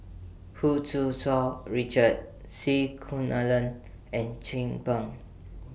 Hu Tsu Tau Richard C Kunalan and Chin Peng